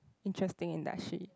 interesting industry